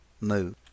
move